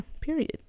period